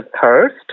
thirst